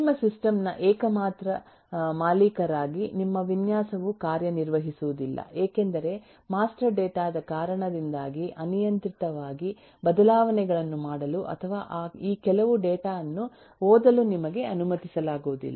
ನಿಮ್ಮ ಸಿಸ್ಟಂ ನ ಏಕಮಾತ್ರ ಮಾಲೀಕರಾಗಿ ನಿಮ್ಮ ವಿನ್ಯಾಸವು ಕಾರ್ಯನಿರ್ವಹಿಸುವುದಿಲ್ಲ ಏಕೆಂದರೆ ಮಾಸ್ಟರ್ ಡೇಟಾ ದ ಕಾರಣದಿಂದಾಗಿ ಅನಿಯಂತ್ರಿತವಾಗಿ ಬದಲಾವಣೆಗಳನ್ನು ಮಾಡಲು ಅಥವಾ ಈ ಕೆಲವು ಡೇಟಾ ವನ್ನು ಓದಲು ನಿಮಗೆ ಅನುಮತಿಸಲಾಗುವುದಿಲ್ಲ